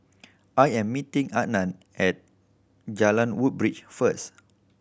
I am meeting Adan at Jalan Woodbridge first